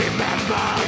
Remember